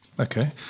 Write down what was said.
Okay